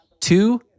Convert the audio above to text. two